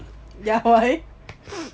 ya why